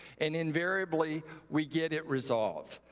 and invariably we get it resolved.